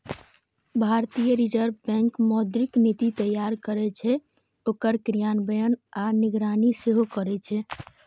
भारतीय reserve bank मौद्रिक नीति तैयार करै छै, ओकर क्रियान्वयन आ निगरानी सेहो करै छै